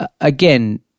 again